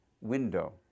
window